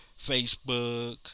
Facebook